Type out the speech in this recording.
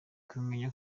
kumenya